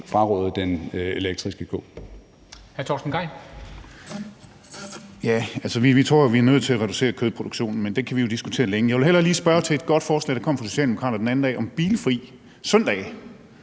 vil fraråde den elektriske ko.